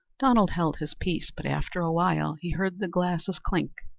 donald held his peace, but after a while he heard the glasses clink,